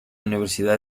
universidad